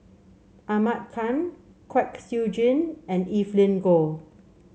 Ahmad Khan Kwek Siew Jin and Evelyn Goh